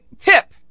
tip